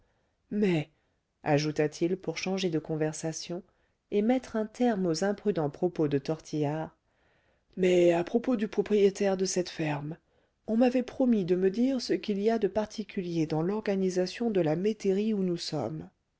mais ajouta-t-il pour changer de conversation et mettre un terme aux imprudents propos de tortillard mais à propos du propriétaire de cette ferme on m'avait promis de me dire ce qu'il y a de particulier dans l'organisation de la métairie où nous sommes